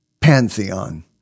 pantheon